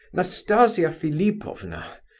nastasia philipovna,